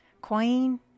Queen